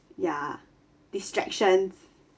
ya distractions